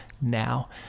now